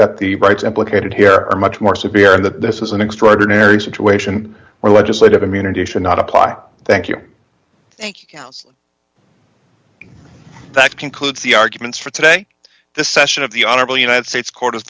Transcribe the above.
that the rights implicated here are much more severe and that this is an extraordinary situation where legislative immunity should not apply thank you thank you that concludes the arguments for today this session of the honorable united states co